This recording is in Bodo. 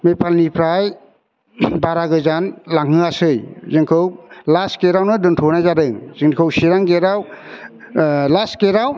नेपालनिफ्राय बारा गोजान लांहोआसै जोंखौ लास्ट गेटआवनो दोनथ'नाय जादों जोंखौ चिरां गेटआव लास्ट गेटआव